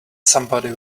somebody